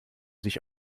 sich